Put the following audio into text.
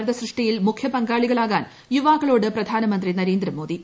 നവഭാരത സൃഷ്ടിയിൽ മുഖ്യപങ്കാളികളാകാൻ യുവാക്കളോട് പ്രധാനമന്ത്രി നരേന്ദ്ര മോദി